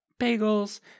bagels